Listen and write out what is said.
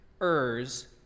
Ur's